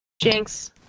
Jinx